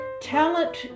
talent